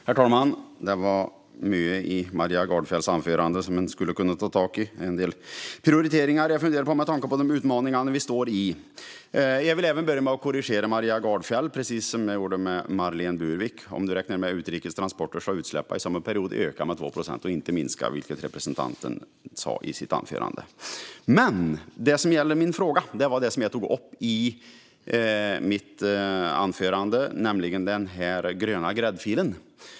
Herr talman! Det var mycket i Maria Gardfjells anförande som man skulle kunna ta tag i. Det var en del prioriteringar jag funderade på, med tanke på de utmaningar vi står inför. Jag vill börja med att korrigera Maria Gardfjell, precis som jag gjorde med Marlene Burwick. Om man räknar med utrikes transporter har utsläppen under denna period ökat med 2 procent - de har inte minskat, vilket representanten sa i sitt anförande. Min fråga gäller det som jag tog upp i mitt anförande, nämligen den gröna gräddfilen.